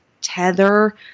tether